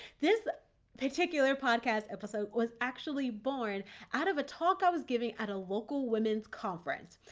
this particular podcast episode was actually born out of a talk i was giving at a local women's conference.